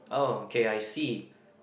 oh okay I see